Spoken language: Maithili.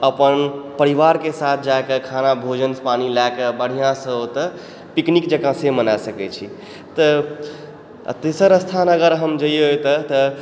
अपन परिवारके साथ जाकऽ खाना भोजन पानि लए कऽ बढ़िआँ सँ ओतऽ पिकनिक जकाँ से मना सकै छी तऽ तेसर स्थान अगर हम जइयै ओतऽ तऽ